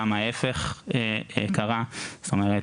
היום יש